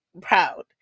proud